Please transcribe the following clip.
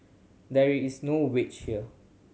there is no wedge here